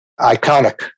Iconic